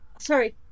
Sorry